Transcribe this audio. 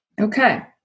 Okay